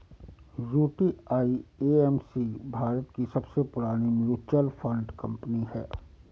UTI AMC Bharat की सबसे पुरानी म्यूचुअल फंड कंपनी है